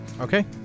Okay